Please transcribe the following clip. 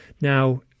Now